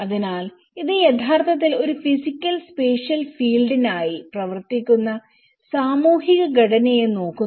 അതിനാൽ ഇത് യഥാർത്ഥത്തിൽ ഒരു ഫിസിക്കൽ സ്പേഷ്യൽ ഫീൽഡിനായി പ്രവർത്തിക്കുന്ന സാമൂഹിക ഘടനയെ നോക്കുന്നു